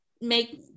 make